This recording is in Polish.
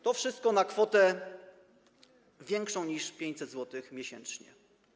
To wszystko na kwotę większą niż 500 zł miesięcznie.